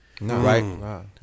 Right